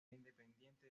independientemente